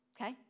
Okay